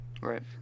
Right